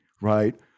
right